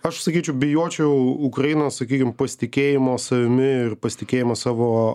aš sakyčiau bijočiau ukrainos sakykim pasitikėjimo savimi ir pasitikėjimo savo